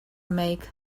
make